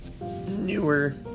newer